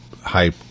high